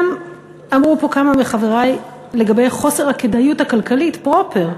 גם אמרו פה כמה מחברי לגבי חוסר הכדאיות הכלכלית פרופר,